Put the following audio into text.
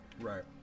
Right